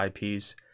ips